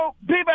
people